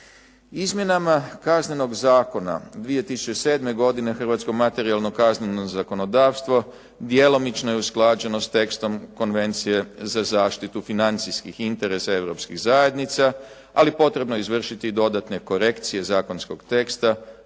Izmjenama Kaznenog zakona 2007. godine hrvatsko materijalno kazneno zakonodavstvo djelomično je usklađeno s tekstom Konvencije za zaštitu financijskih interesa Europskih zajednica, ali potrebno je izvršiti dodatne korekcije zakonskog teksta